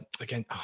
again